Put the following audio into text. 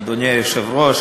אדוני היושב-ראש,